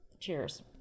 cheers